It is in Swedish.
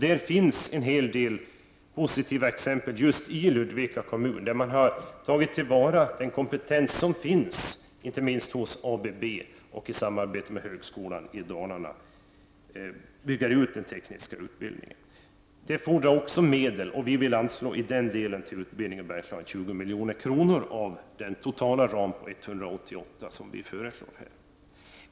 Det finns en hel del positiva exempel i Ludvika kommun. Man har tagit till vara den kompetens som finns, inte minst hos ABB, och satsat på att i samarbete med högskolan i Dalarna bygga ut den tekniska utbildningen. Men det fordrar också medel. Till utbildning i Bergslagen vill vi anslå 20 milj.kr. av den totala ramen på 188 miljoner, som vi föreslår här.